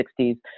1960s